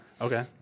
Okay